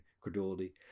credulity